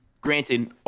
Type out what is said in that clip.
Granted